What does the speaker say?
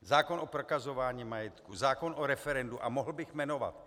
Zákon o prokazování majetku, zákon o referendu a mohl bych jmenovat.